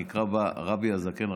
הנקרא הרבי הזקן,